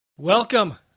Welcome